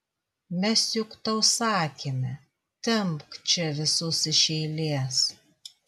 mes juk tau sakėme tempk čia visus iš eilės